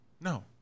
No